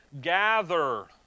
gather